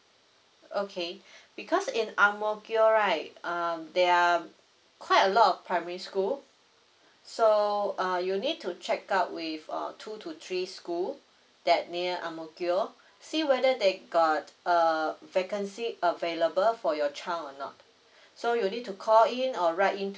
okay because in ang mo kio right um there are um quite a lot of primary school so uh you need to check out with uh two to three school that near ang mo kio see whether they got uh vacancy available for your child or not so you need to call in or write in to